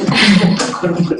תראו,